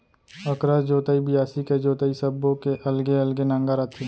अकरस जोतई, बियासी के जोतई सब्बो के अलगे अलगे नांगर आथे